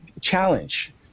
challenge